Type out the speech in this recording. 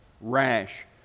rash